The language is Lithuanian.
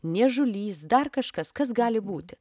niežulys dar kažkas kas gali būti